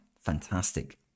fantastic